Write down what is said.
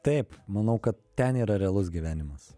taip manau kad ten yra realus gyvenimas